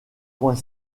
point